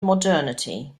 modernity